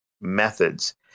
methods